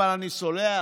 אבל אני סולח,